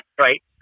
right